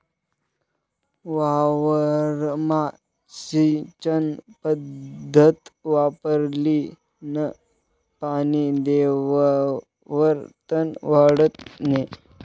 वावरमा सिंचन पध्दत वापरीन पानी देवावर तन वाढत नै